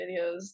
videos